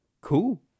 cool